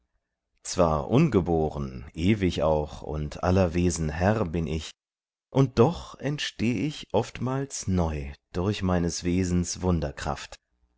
zwar ungeboren ewig auch und aller wesen herr bin ich und doch entsteh ich oftmals neu durch meines wesens wunderkraft